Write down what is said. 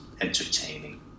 entertaining